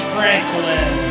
Franklin